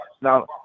Now